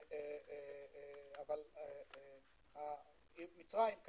אבל מצרים,